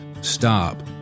stop